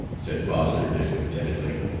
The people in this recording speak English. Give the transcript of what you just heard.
said foster discontentedly.